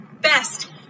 best